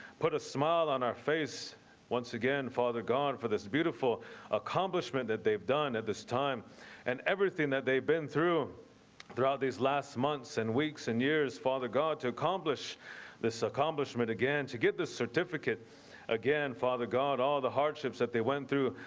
put a smile on our face once again father god for this beautiful accomplishment that they've done at this time and everything that they've been through throughout these last months and weeks and years. father god to accomplish this accomplishment again to get this certificate again. father god all the hardships that they went through.